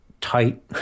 tight